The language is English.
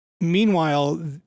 Meanwhile